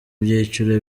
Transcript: byiciro